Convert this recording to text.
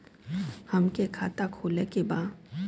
हमके खाता खोले के बा?